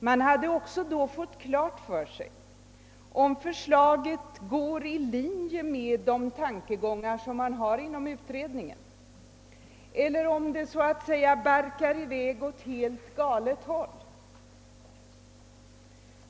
Man hade då också fått klart för sig, om förslaget går i linje med de tankegångar som fanns inom utredningen eller om det så att säga brakar i väg åt galet håll.